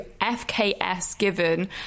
fksgiven